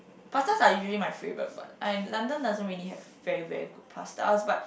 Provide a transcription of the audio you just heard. pasta are usually my favourite but I in London doesn't really have very very good pastas but